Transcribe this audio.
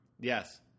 Yes